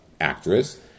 actress